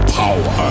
power